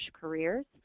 careers